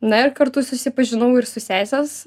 na ir kartu susipažinau ir su sesės